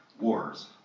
wars